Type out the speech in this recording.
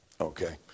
Okay